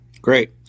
Great